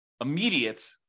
immediate